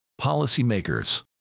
policymakers